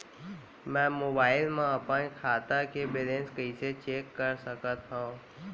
मैं मोबाइल मा अपन खाता के बैलेन्स कइसे चेक कर सकत हव?